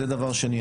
זה דבר שני.